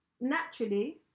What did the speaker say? naturally